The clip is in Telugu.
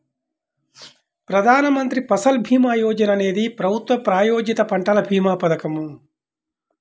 ప్రధాన్ మంత్రి ఫసల్ భీమా యోజన అనేది ప్రభుత్వ ప్రాయోజిత పంటల భీమా పథకం